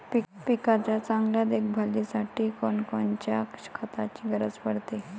पिकाच्या चांगल्या देखभालीसाठी कोनकोनच्या खताची गरज पडते?